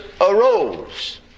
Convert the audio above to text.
arose